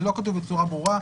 זה לא כתוב בצורה ברורה,